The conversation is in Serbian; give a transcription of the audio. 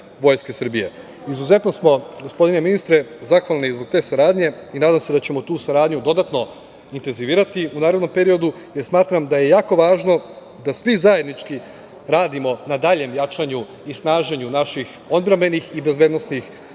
Vojske Srbije. Gospodine ministre, izuzetno smo zahvalni zbog te saradnje i nadam se da ćemo tu saradnju dodatno intenzivirati u narednom periodu, jer smatram da je jako važno da svi zajednički radimo na daljem jačanju i snaženju naših odbrambenih i bezbednosnih